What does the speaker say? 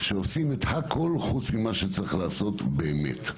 שעושים את הכול פרט למה שצריך לעשות באמת.